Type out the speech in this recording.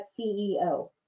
CEO